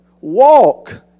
walk